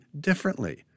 differently